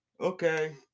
Okay